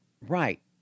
Right